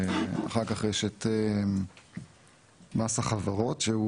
אחר כך יש את מס החברות,